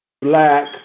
black